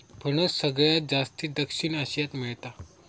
फणस सगळ्यात जास्ती दक्षिण आशियात मेळता